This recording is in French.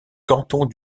canton